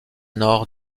nord